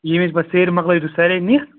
ییٚمہِ وِزِ پَتہٕ سیرِ مۅکلٲیِو تُہۍ ساریٚے نِتھ